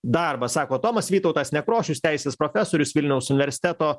darbą sako tomas vytautas nekrošius teisės profesorius vilniaus universiteto